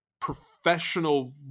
professional